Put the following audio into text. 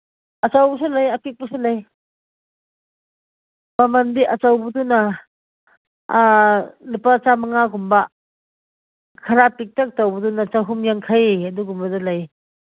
ꯑꯆꯧꯕꯁꯨ ꯂꯩ ꯑꯄꯤꯛꯄꯁꯨ ꯂꯩ ꯃꯃꯟꯗꯤ ꯑꯆꯧꯕꯗꯨꯅ ꯂꯨꯄꯥ ꯆꯃꯉꯥꯒꯨꯝꯕ ꯈꯔ ꯄꯤꯛꯇꯛ ꯇꯧꯕꯗꯨꯅ ꯆꯍꯨꯝ ꯌꯥꯡꯈꯩ ꯑꯗꯨꯒꯨꯝꯕꯗꯨ ꯂꯩ